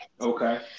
Okay